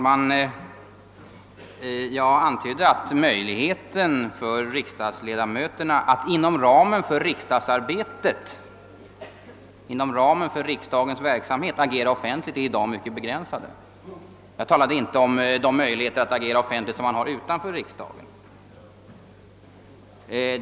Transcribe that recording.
Herr talman! Jag antydde i mitt tidigare inlägg att möjligheten för riksdagsledamöterna att inom ramen för riksdagens verksamhet agera offentligt utanför plenum i dag är mycket begränsad. Jag talade inte som herr Adamsson tycks tro om möjligheten att agera offentligt utanför riksdagen.